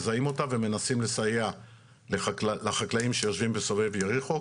מזהים אותה ומנסים לסייע לחקלאים שיושבים בסובב יריחו,